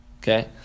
Okay